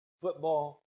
football